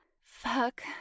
Fuck